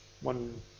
one